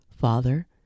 Father